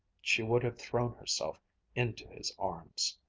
she would have thrown herself into his arms.